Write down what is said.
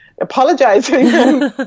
apologizing